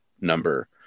number